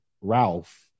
ralph